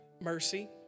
Mercy